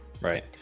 right